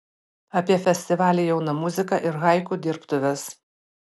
apie festivalį jauna muzika ir haiku dirbtuves